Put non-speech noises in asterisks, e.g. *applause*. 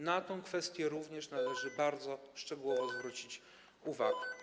Na tę kwestię również należy *noise* bardzo szczegółowo zwrócić uwagę.